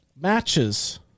matches